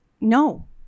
no